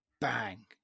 bang